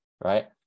right